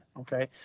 okay